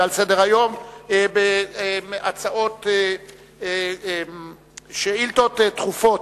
ועל סדר-היום שאילתות דחופות.